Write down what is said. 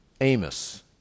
Amos